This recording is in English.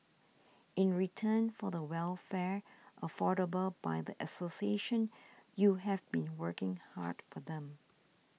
in return for the welfare afforded by the association you have been working hard for them